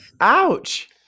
Ouch